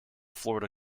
florida